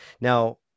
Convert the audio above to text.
Now